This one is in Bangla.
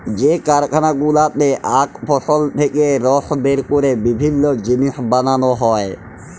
যে কারখালা গুলাতে আখ ফসল থেক্যে রস বের ক্যরে বিভিল্য জিলিস বানাল হ্যয়ে